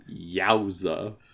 Yowza